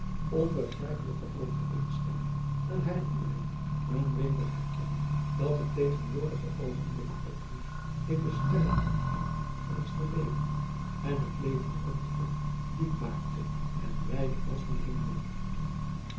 onbegrijpelijke overeenstemming een herinnering een weder herkennen dat het tegenwoordige oogenblik ophief in de sterretinteling van het verleden en het augusta de wit orpheus in de dessa leven rondom diep maakte en wijd als een hemel